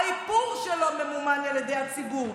האיפור שלו ממומן על ידי הציבור,